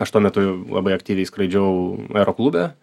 aš tuo metu labai aktyviai skraidžiau aeroklube